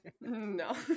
No